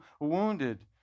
wounded